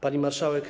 Pani Marszałek!